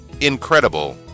Incredible